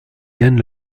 gagne